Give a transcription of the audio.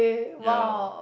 ya